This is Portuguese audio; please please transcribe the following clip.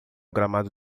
gramado